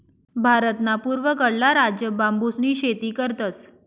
भारतना पूर्वकडला राज्य बांबूसनी शेती करतस